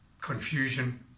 confusion